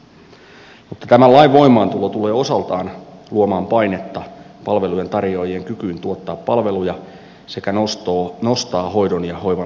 mutta tämän lain voimaantulo tulee osaltaan luomaan painetta palvelujen tarjoajien kykyyn tuottaa palveluja sekä nostaa hoidon ja hoivan laatuvaatimuksia